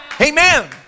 Amen